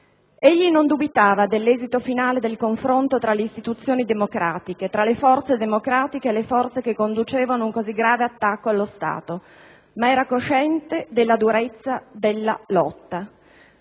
Egli non dubitava dell'esito finale del confronto tra le istituzioni democratiche, tra le forze democratiche e le forze che conducevano un così grave attacco allo Stato, ma era cosciente della durezza della lotta.